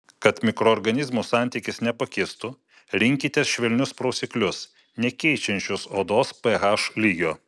kad mikroorganizmų santykis nepakistų rinkitės švelnius prausiklius nekeičiančius odos ph lygio